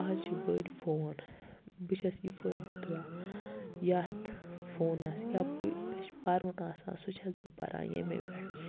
آز چھِ بٔڑۍ فون بہٕ چھس یہِ فٲیدٕ تُلان یتھ فونَس یا مےٚ چھُ پَرُن سُہ چھَس بہٕ پَران یمے پیٚٹھٕ